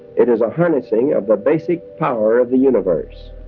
it is a harnessing of the basic power of the universe.